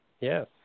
Yes